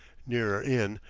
nearer in,